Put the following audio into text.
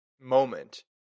moment